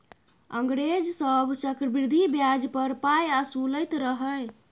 अंग्रेज सभ चक्रवृद्धि ब्याज पर पाय असुलैत रहय